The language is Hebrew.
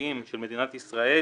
עוצמתיים של מדינת ישראל,